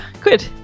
good